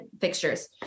fixtures